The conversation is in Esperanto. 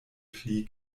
pli